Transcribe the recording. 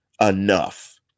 enough